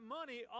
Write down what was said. money